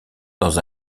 dans